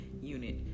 unit